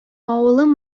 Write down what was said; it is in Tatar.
авылым